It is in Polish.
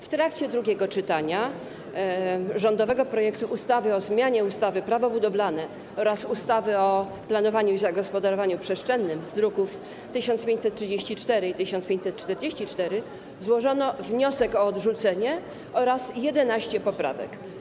W trakcie drugiego czytania rządowego projektu ustawy o zmianie ustawy - Prawo budowlane oraz ustawy o planowaniu i zagospodarowaniu przestrzennym z druków 1534 i 1544 złożono wniosek o odrzucenie projektu ustawy oraz 11 poprawek.